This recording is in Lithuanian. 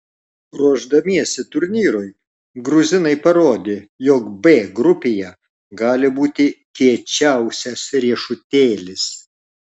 ruošdamiesi turnyrui gruzinai parodė jog b grupėje gali būti kiečiausias riešutėlis